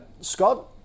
Scott